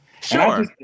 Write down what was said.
Sure